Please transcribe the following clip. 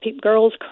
girls